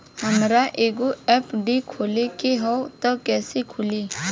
हमरा एगो एफ.डी खोले के हवे त कैसे खुली?